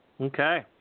Okay